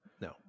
No